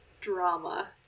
drama